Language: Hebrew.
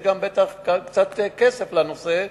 יש גם קצת כסף לנושא,